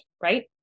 Right